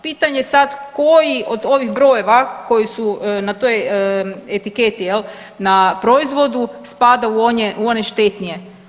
Pitanje sad koji od ovih brojeva koji su na toj etiketi, je li, na proizvodu, spada u one štetnije.